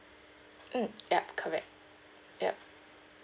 hmm yup correct yup